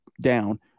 down